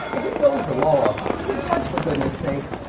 he knows the law, he's a judge for goodness sakes.